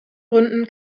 gründen